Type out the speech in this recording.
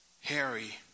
Harry